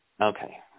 Okay